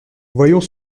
voyons